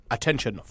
Attention